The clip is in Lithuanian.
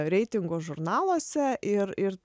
reitingo žurnaluose ir ir